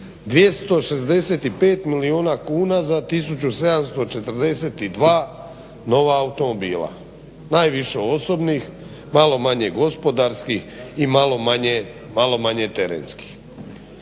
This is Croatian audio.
265 milijuna kuna za 1742 nova automobila. Najviše osobnih, malo manje gospodarskih i malo manje terenskih.